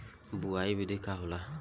बुआई विधि का होला?